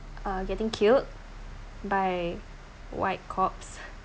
uh getting killed by white cops